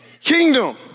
kingdom